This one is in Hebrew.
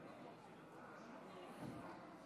לא מכובד.